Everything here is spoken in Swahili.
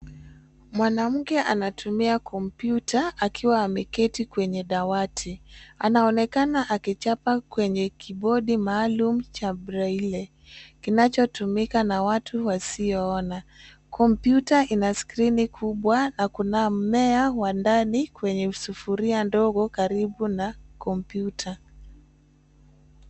Mwanamke anatumia kompyuta akiwa ameketi kwenye dawati. Anaonekana akichapa kwenye kibodi maalum cha braille kinachotumika na watu wasiyoona. Kompyuta ina skirini kubwa na kuna mmea wa ndani kwenye sufuria ndogo karibu na kompyuta.